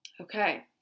Okay